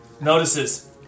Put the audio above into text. notices